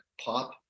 pop